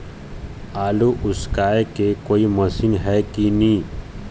आलू उसकाय के कोई मशीन हे कि नी?